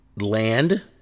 land